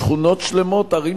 שכונות שלמות, ערים